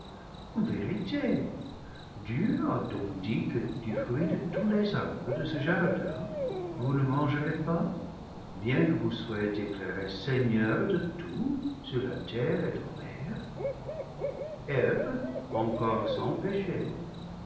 en vérité dieu a donc dit que du fruit de tous les arbres de ce jardin vous ne mangerez pas bien que vous soyez dé clarés seigneurs de tout sur la terre et dans l'air eve encore sans péché